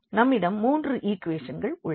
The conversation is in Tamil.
நம்மிடம் 3 ஈக்குவேஷன்கள் உள்ளன